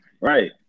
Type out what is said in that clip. right